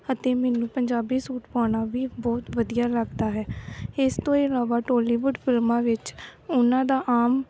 ਅਤੇ ਮੈਨੂੰ ਪੰਜਾਬੀ ਸੂਟ ਪਾਉਣਾ ਵੀ ਬਹੁਤ ਵਧੀਆ ਲੱਗਦਾ ਹੈ ਇਸ ਤੋਂ ਇਲਾਵਾ ਟੋਲੀਵੁੱਡ ਫਿਲਮਾਂ ਵਿੱਚ ਉਹਨਾਂ ਦਾ ਆਮ